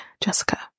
Jessica